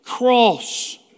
cross